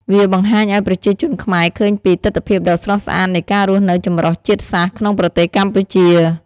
វាបង្ហាញឱ្យប្រជាជនខ្មែរឃើញពី ទិដ្ឋភាពដ៏ស្រស់ស្អាតនៃការរស់នៅចម្រុះជាតិសាសន៍ក្នុងប្រទេសកម្ពុជា។